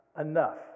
enough